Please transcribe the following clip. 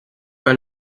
pas